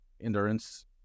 endurance